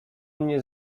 mnie